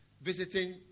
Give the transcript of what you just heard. visiting